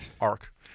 arc